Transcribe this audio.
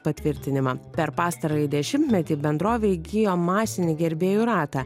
patvirtinimą per pastarąjį dešimtmetį bendrovė įgijo masinį gerbėjų ratą